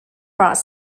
brought